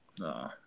no